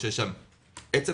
עצם